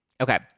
Okay